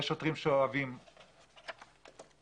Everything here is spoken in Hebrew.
יש שוטרים שאוהבים חרדים,